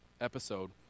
episode